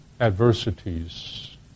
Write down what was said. adversities